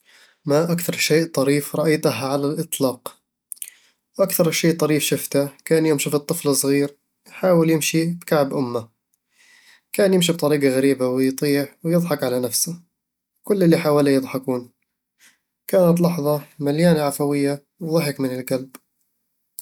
ما أكثر شيء طريف رأيته على الإطلاق؟ أكثر شي طريف شفته كان يوم شفت طفل صغير يحاول يمشي بكعب أمه كان يمشي بطريقة غريبة ويطيح ويضحك على نفسه، وكل اللي حواليه يضحكون كانت لحظة مليانة عفوية وضحك من القلب